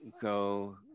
go